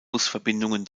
busverbindungen